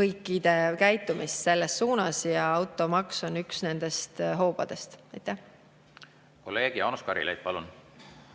kõikide käitumist selles suunas ja automaks on üks nendest hoobadest. Jaa. Kõigepealt, meil on